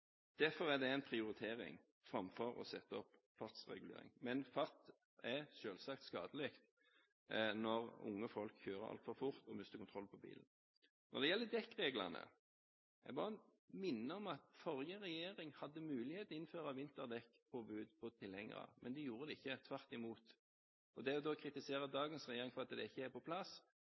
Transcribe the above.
Derfor er det en prioritering framfor å sette opp fartsregulering. Men fart er selvsagt skadelig – når unge folk kjører altfor fort og mister kontroll på bilen. Når det gjelder dekkreglene, må jeg minne om at forrige regjering hadde mulighet til å innføre vinterdekkpåbud på tilhengere, men det gjorde den ikke, tvert imot – og så kritiserer man nå dagens regjering for at det ikke er på plass.